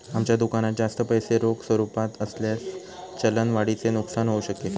आमच्या दुकानात जास्त पैसे रोख स्वरूपात असल्यास चलन वाढीचे नुकसान होऊ शकेल